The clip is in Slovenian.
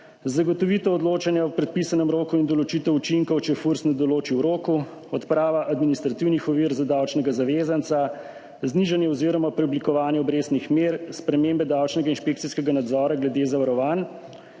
zagotovitev odločanja v predpisanem roku in določitev učinkov, če FURS ne določi v roku, odprava administrativnih ovir za davčnega zavezanca, znižanje oziroma preoblikovanje obrestnih mer, spremembe davčnega inšpekcijskega nadzora glede zavarovanj